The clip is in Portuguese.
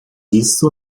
isso